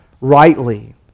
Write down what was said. rightly